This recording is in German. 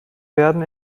werden